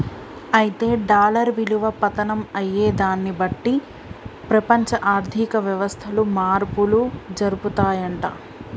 అయితే డాలర్ విలువ పతనం అయ్యేదాన్ని బట్టి ప్రపంచ ఆర్థిక వ్యవస్థలు మార్పులు జరుపుతాయంట